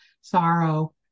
sorrow